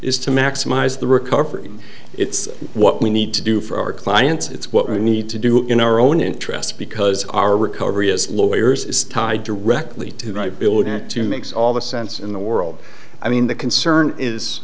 is to maximize the recovery it's what we need to do for our clients it's what we need to do in our own interests because our recovery as lawyers is tied directly to really build it to makes all the sense in the world i mean the concern is